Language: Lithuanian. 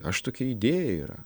aš tokia idėja yra